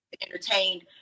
entertained